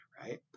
right